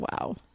Wow